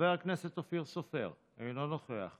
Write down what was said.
חבר הכנסת אופיר סופר, אינו נוכח.